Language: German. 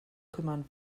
kümmern